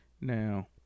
Now